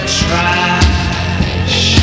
trash